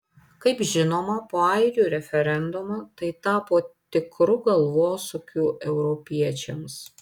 kaip žinoma po airių referendumo tai tapo tikru galvosūkiu europiečiams